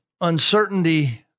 uncertainty